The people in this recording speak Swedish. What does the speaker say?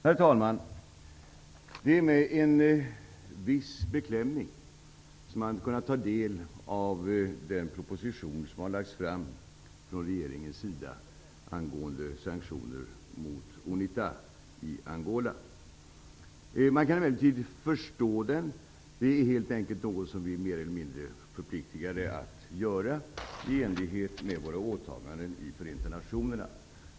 Herr talman! Det är med en viss beklämning som man har kunnat ta del av den proposition som har lagts fram av regeringen angående sanktioner mot Unita i Angola. Man kan emellertid förstå den. Det är helt enkelt något som vi är mer eller mindre förpliktigade att göra i enlighet med våra åtaganden i Förenta nationerna.